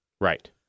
Right